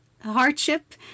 hardship